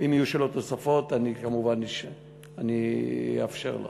ואם יהיו שאלות נוספות אני כמובן אאפשר לך.